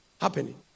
happening